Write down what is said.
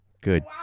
Good